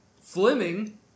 Fleming